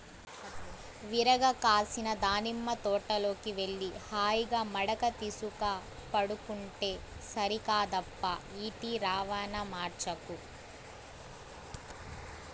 విరగ కాసిన దానిమ్మ తోటలోకి వెళ్లి హాయిగా మడక తీసుక పండుకుంటే సరికాదప్పా ఈటి రవాణా మార్చకు